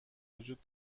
وجود